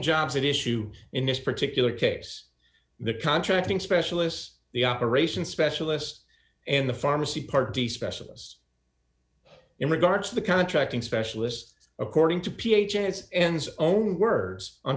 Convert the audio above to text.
jobs at issue in this particular case the contracting specialists the operations specialist and the pharmacy part d specialists in regards to the contracting specialist according to ph and ins own words on